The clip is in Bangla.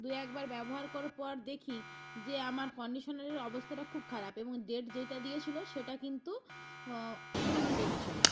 দুই একবার ব্যবহার করার পর দেখি যে আমার কন্ডিশনারের অবস্থাটা খুব খারাপ এবং ডেট যেইটা দিয়েছিলো সেটা কিন্তু পুরোনো ডেট ছিলো